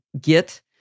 Git